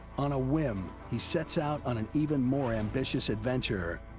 on a whim, he sets out on an even more ambitious adventure.